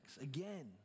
Again